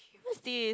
what's this